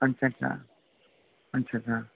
अच्छा अच्छा अच्छा अच्छा